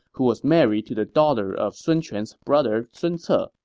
who was married to the daughter of sun quan's brother sun ce. ah